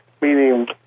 meaning